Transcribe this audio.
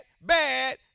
bad